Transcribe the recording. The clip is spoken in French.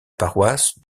paroisse